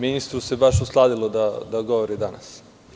Ministru se baš usladilo da govori danas.